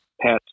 pets